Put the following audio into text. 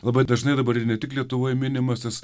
labai dažnai dabar ir ne tik lietuvoj minimas tas